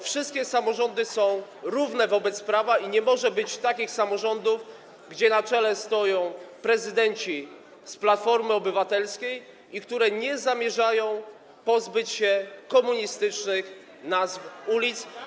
Wszystkie samorządy są równe wobec prawa i nie może być takich samorządów, na których czele stoją prezydenci z Platformy Obywatelskiej i które nie zamierzają pozbyć się komunistycznych nazw ulic.